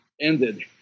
ended